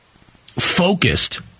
focused